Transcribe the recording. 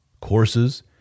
courses